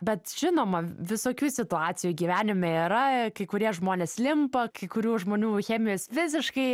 bet žinoma visokių situacijų gyvenime yra kai kurie žmonės limpa kai kurių žmonių chemijos visiškai